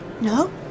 No